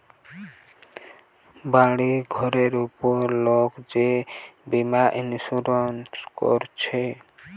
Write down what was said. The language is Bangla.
বাড়ি ঘরের উপর লোক যে বীমা ইন্সুরেন্স কোরছে